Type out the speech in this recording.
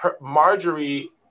Marjorie